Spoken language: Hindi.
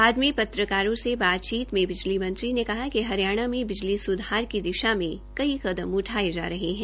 बाद में पत्रकारों से बातचीत में बिजली मंत्री ने कहा कि हरियाणा में बिजली सुधान की दिशा अमें कई कदम उठाए जा रहे हैं